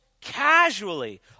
casually